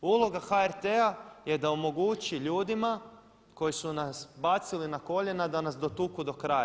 Uloga HRT-a je da omogući ljudima koji su nas bacili na koljena da nas dotuku do kraja.